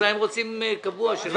הם רוצים קבוע.